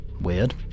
Weird